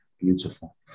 Beautiful